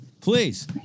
Please